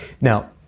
Now